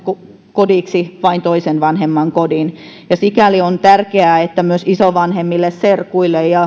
kodiksi vain toisen vanhemman kodin ja sikäli on tärkeää että myös isovanhemmille serkuille